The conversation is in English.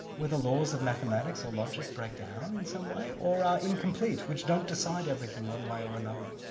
where the laws of mathematics or logic break down in some way, or are incomplete, which don't decide everything one way or another.